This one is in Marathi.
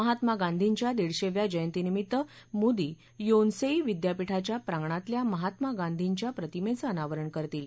महात्मा गांधींच्या दीडशेव्या जयंतीनिमित्त मोदी योनसेई विद्यापीठाच्या प्रांगणातल्या महात्मा गांधीच्या प्रतिमेचं अनावरण करतील